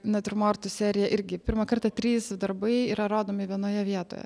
natiurmortų serija irgi pirmą kartą trys darbai yra rodomi vienoje vietoje